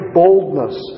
boldness